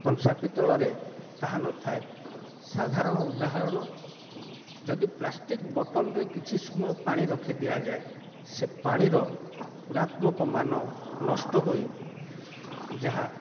କଂସା ପିତଳରେ ତାହା ନଥାଏ ସାଧାରଣ ଉଦାହରଣ ଯଦି ପ୍ଲାଷ୍ଟିକ୍ ବୋଟଲ୍ରେ କିଛି ସମୟ ପାଣି ରଖିଦିଆଯାଏ ସେ ପାଣିର ରୂଣତ୍ମାକ ମାନ ନଷ୍ଟ ହୋଇ ଯାହା